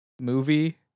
movie